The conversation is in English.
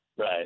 Right